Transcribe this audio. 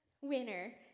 Winner